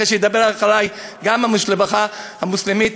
יחיא, שידבר אחרי; גם המשפחה המוסלמית,